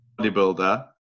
bodybuilder